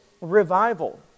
revival